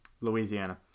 Louisiana